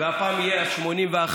והפעם תהיה ה-81,